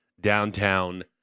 downtown